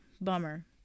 bummer